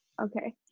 Okay